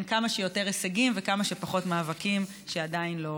כמה שיותר הישגים וכמה שפחות מאבקים שעדיין לא